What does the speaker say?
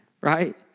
Right